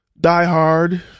diehard